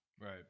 Right